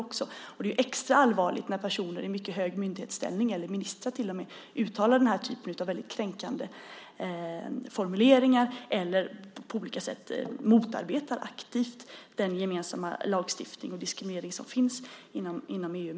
Och det är ju extra allvarligt när personer i mycket hög myndighetsställning, eller ministrar till och med, uttalar den här typen av väldigt kränkande formuleringar eller på olika sätt aktivt motarbetar den gemensamma lagstiftning om diskriminering som finns inom EU.